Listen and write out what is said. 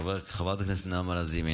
חברת הכנסת נעמה לזימי,